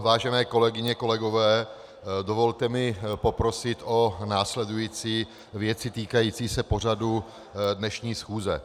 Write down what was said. Vážené kolegyně, kolegové, dovolte mi poprosit o následující věci týkající se pořadu dnešní schůze.